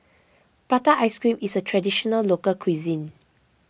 Prata Ice Cream is a Traditional Local Cuisine